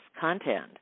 content